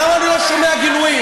למה אני לא שומע גינויים?